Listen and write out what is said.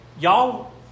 y'all